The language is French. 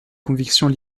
convictions